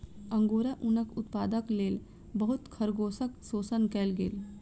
angora ऊनक उत्पादनक लेल बहुत खरगोशक शोषण कएल गेल